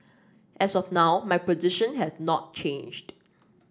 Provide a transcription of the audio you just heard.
as of now my position has not changed